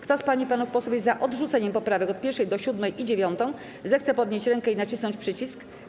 Kto z pań i panów posłów jest za odrzuceniem poprawek od 1. do 7. i 9., zechce podnieść rękę i nacisnąć przycisk.